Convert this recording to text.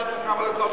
אחד היא אומרת שלושה.